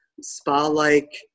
spa-like